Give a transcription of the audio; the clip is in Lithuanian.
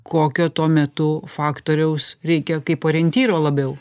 kokio tuo metu faktoriaus reikia kaip orientyro labiau